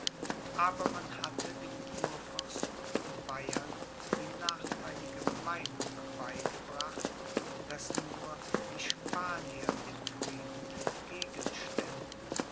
aber man hatte dem kurfürsten von bayern die nachtheilige meinung beigebracht daß nur die spanier dem frieden entgegen